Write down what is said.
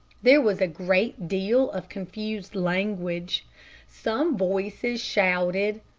there was a great deal of confused language some voices shouted,